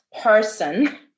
person